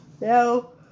No